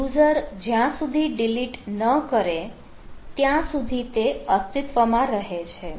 user જ્યાં સુધી delete ન કરે ત્યાં સુધી તે અસ્તિત્વમાં રહે છે